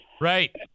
Right